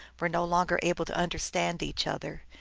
were no longer able to understand each other,